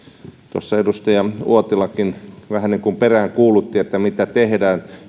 tuossa edustaja uotilakin vähän peräänkuulutti että mitä tehdään